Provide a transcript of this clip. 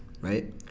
right